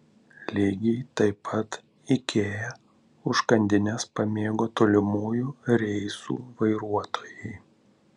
lygiai taip pat ikea užkandines pamėgo tolimųjų reisų vairuotojai